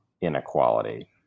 inequality